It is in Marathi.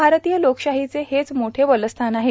भारतीय लोकशाहींचे हेच मोठे बलस्थान आहे